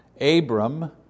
Abram